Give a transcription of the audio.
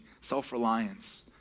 self-reliance